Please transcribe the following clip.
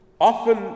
Often